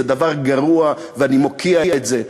זה דבר גרוע, ואני מוקיע את זה.